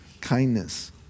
kindness